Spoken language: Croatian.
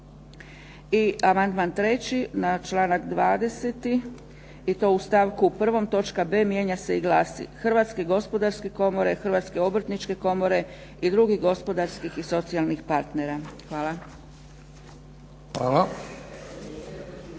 I amandman 3. na članak 20. i to u stavku 1. točka b. mijenja se i glasi: „Hrvatske gospodarske komore, Hrvatske obrtničke komore i drugih gospodarskih i socijalnih partnera“. Hvala.